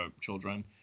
children